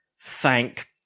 Thank